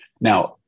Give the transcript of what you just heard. Now